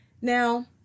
now